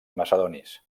macedonis